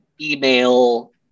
email